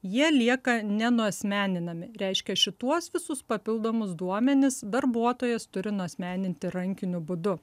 jie lieka nenuasmeninami reiškia šituos visus papildomus duomenis darbuotojas turi nuasmeninti rankiniu būdu